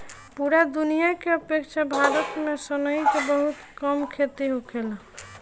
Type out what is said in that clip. पूरा दुनिया के अपेक्षा भारत में सनई के बहुत कम खेती होखेला